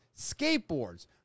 skateboards